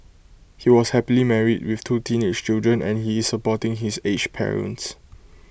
he was happily married with two teenage children and he is supporting his aged parents